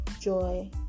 joy